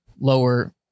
lower